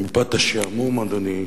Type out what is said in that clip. מפאת השעמום, אדוני,